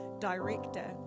director